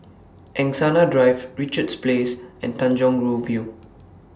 Angsana Drive Richards Place and Tanjong Rhu View